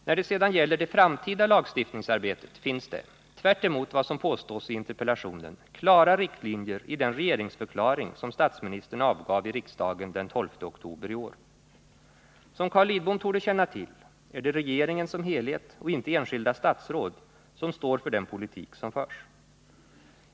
När det sedan gäller det framtida lagstiftningsarbetet finns det — tvärtemot vad som påstås i interpellationen — klara riktlinjer i den regeringsförklaring som statsministern avgav i riksdagen den 12 oktober i år. Som Carl Lidbom torde känna till är det regeringen som helhet och inte enskilda statsråd som står för den politik som förs.